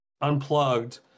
Unplugged